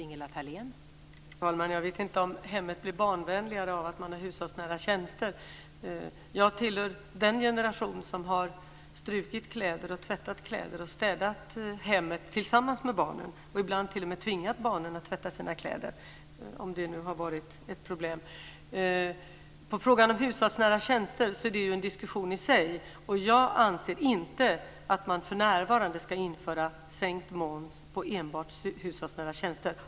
Fru talman! Jag vet inte om hemmet blir barnvänligare av att man får hushållsnära tjänster. Jag tillhör den generation som har tvättat och strukit kläder och städat hemmet tillsammans med barnen. Jag har ibland t.o.m. tvingat barnen att tvätta sina kläder. Hushållsnära tjänster är en fråga för sig. Jag anser inte att man för närvarande ska införa sänkt moms enbart på hushållsnära tjänster.